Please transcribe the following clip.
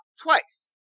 twice